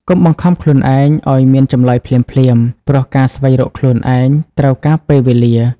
កុំបង្ខំខ្លួនឯងឱ្យមានចម្លើយភ្លាមៗ ព្រោះការស្វែងរកខ្លួនឯងត្រូវការពេលវេលា។